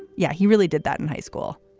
yeah, he really did that in high school.